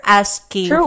asking